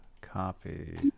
copy